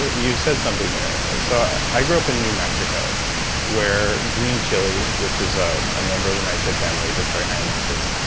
you said something there. so i grew up in new mexico where green chili, which is a ah member of the nightshade family that's very high in lectins,